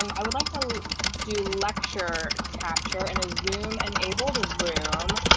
um i would like to do lecture capture and a zoom enabled room,